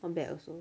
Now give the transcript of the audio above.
not bad also